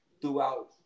throughout